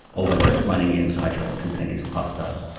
or whether it's running inside your own kubernetes cluster,